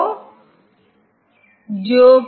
तो एक 4 ऑपरेंड अनुदेश है